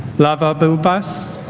lavah bilbas